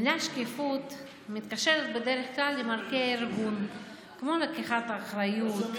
המילה "שקיפות" מתקשרת בדרך כלל עם ערכי הארגון כמו לקיחת אחריות,